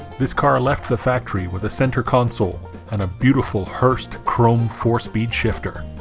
this car left the factory with a center console and a beautiful hurst chrome four speed shifter